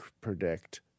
predict